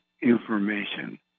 information